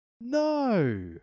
No